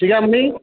சிகாமணி